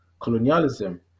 colonialism